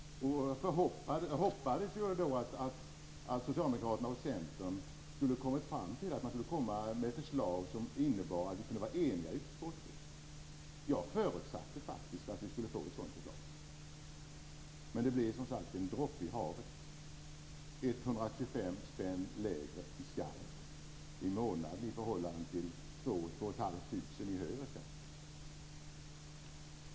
Vi hoppades då att Socialdemokraterna och Centern skulle komma fram till förslag som innebar att vi kunde vara eniga i utskottet. Jag förutsatte faktiskt att vi skulle få ett sådant förslag. Men det blev som sagt en droppe i havet - 125 spänn lägre i skatt i månaden i förhållande till 2 000-2 500 kr i högre skatt.